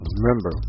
Remember